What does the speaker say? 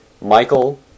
Michael